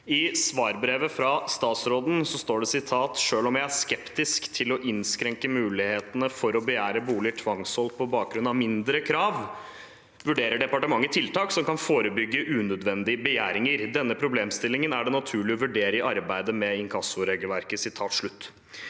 I svarbrevet fra statsråden står det: «Selv om jeg er skeptisk til å innskrenke mulighetene for å begjære boliger tvangssolgt på bakgrunn av mindre krav, vurderer departementet tiltak som kan forebygge unødvendige begjæringer. Denne problemstillingen er det naturlig å vurdere i arbeidet med inkassoregelverket.»